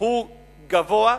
הוא גבוה,